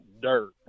dirt